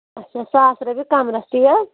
نہ ساس رۄپیہِ کَمرَس تہِ حظ